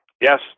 Yes